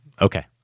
Okay